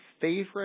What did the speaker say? favorite